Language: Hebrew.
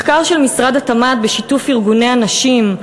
מחקר של משרד התמ"ת בשיתוף ארגוני הנשים,